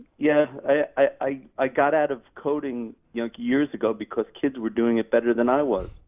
yeah, i i got out of coding years ago because kids were doing it better than i was.